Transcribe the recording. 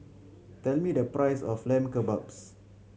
tell me the price of Lamb Kebabs